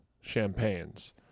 champagnes